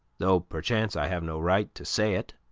though perchance i have no right to say it,